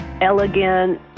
elegant